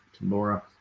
Laura